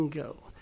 go